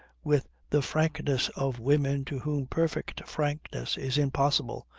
with the frankness of women to whom perfect frankness is impossible,